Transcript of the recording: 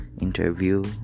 interview